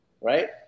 right